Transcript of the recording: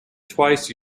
twice